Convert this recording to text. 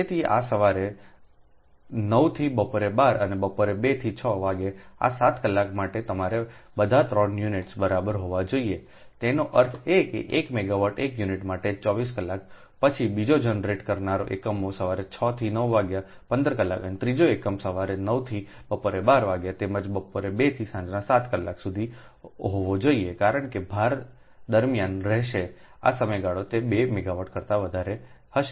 તેથી આ સવારે 9 થી બપોરે 12 અને બપોરે 2 થી 6 વાગ્યે આ 7 કલાક માટે તમારે બધા 3 યુનિટ્સ બરાબર હોવા જોઈએતેનો અર્થ એ કે 1 મેગાવાટ 1 યુનિટ માટે 24 કલાક પછી બીજા જનરેટ કરનારા એકમો સવારે 6 થી 9 વાગ્યે 15 કલાક અને ત્રીજા એકમ સવારે 9 થી બપોરે 12 વાગ્યા તેમજ બપોરે 2 થી સાંજના 7 કલાક સુધી હોવા જોઈએ કારણ કે ભાર દરમિયાન રહેશે આ સમયગાળો તે 2 મેગાવોટ કરતા વધારે હશે